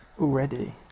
Already